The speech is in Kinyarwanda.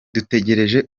dutegereje